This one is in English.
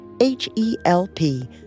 H-E-L-P